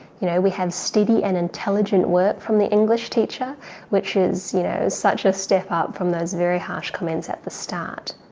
you know we have steady and intelligent work from the english teacher which is you know such a step up from those very harsh comments at the start.